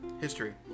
History